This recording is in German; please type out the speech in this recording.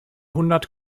hundert